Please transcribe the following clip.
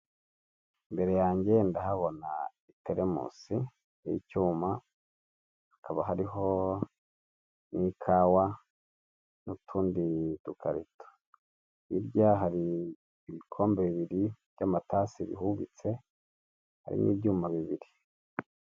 Imbere yanjye ndahabona telemusi n'icyuma hakaba hariho n'ikawa, n'utundi tukarito. Hirya hari ibikombe bibiri by'amatasi bihubitse hari n'ibyuma bibiri.